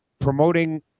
promoting